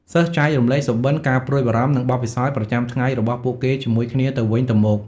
សិស្សចែករំលែកសុបិន្ត ការព្រួយបារម្ភ និងបទពិសោធន៍ប្រចាំថ្ងៃរបស់ពួកគេជាមួយគ្នាទៅវិញទៅមក។